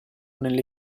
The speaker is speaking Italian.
nelle